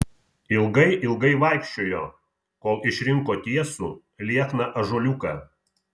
ilgai ilgai vaikščiojo kol išrinko tiesų liekną ąžuoliuką